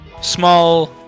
small